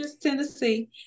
Tennessee